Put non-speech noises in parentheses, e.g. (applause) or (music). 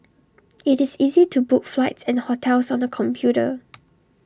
IT is easy to book flights and hotels on the computer (noise)